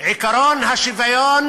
עקרון השוויון